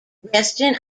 resting